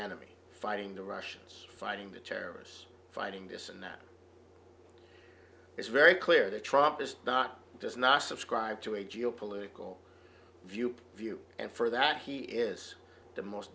enemy fighting the russians fighting the terrorists fighting this and that it's very clear that trump is not does not subscribe to a geopolitical view view and for that he is the most